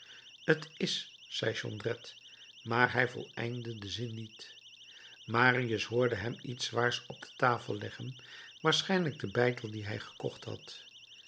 t is zei jondrette maar hij voleindde den zin niet marius hoorde hem iets zwaars op de tafel leggen waarschijnlijk den beitel dien hij gekocht had